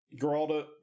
Geralda